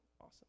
awesome